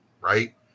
right